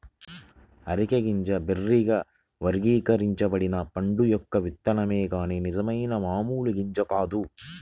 areca గింజ బెర్రీగా వర్గీకరించబడిన పండు యొక్క విత్తనమే కాని నిజమైన మామూలు గింజ కాదు